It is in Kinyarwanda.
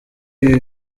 ibi